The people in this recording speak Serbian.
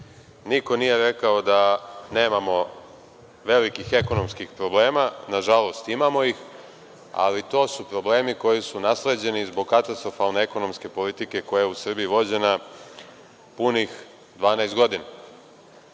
niko nije rekao da nemamo velikih ekonomskih problema. Nažalost, imamo ih, ali to su problemi koji su nasleđeni zbog katastrofalne ekonomske politike koja je u Srbiji vođena punih 12 godina. Ja